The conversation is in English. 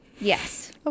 yes